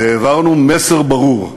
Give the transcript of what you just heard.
העברנו מסר ברור: